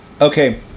okay